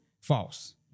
false